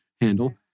handle